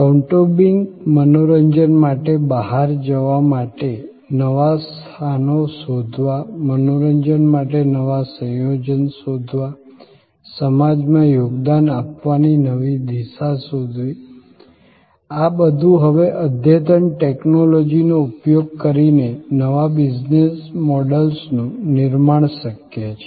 કૌટુંબિક મનોરંજન માટે બહાર જવા માટે નવા સ્થાનો શોધવા મનોરંજન માટે નવા સંયોજનો શોધવા સમાજમાં યોગદાન આપવાના નવી દિશા શોધવી આ બધું હવે અદ્યતન ટેક્નોલોજીનો ઉપયોગ કરીને નવા બિઝનેસ મોડલ્સનું નિર્માણ શક્ય છે